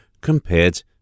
compared